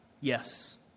Yes